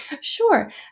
Sure